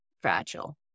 fragile